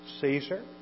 Caesar